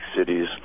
cities